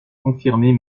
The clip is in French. confirmer